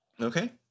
Okay